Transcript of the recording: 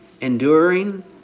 enduring